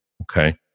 Okay